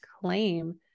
claim